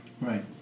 Right